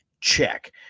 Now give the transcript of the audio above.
Check